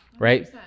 right